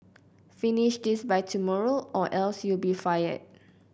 finish this by tomorrow or else you'll be fired